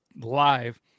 live